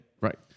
Right